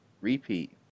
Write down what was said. repeat